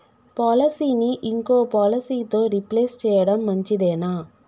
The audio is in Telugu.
పాలసీని ఇంకో పాలసీతో రీప్లేస్ చేయడం మంచిదేనా?